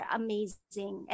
amazing